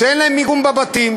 שאין להם מיגון בבתים.